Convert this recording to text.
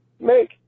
Make